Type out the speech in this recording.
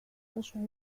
تشعر